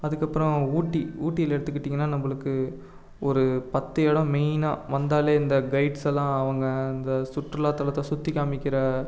அதுக்கப்புறம் ஊட்டி ஊட்டியில் எடுத்துக்கிட்டிங்கன்னால் நம்மளுக்கு ஒரு பத்து இடம் மெயினாக வந்தாலே இந்த கெய்ட்ஸ் எல்லாம் அவங்க இந்த சுற்றுலா தலத்தை சுற்றி காமிக்கிற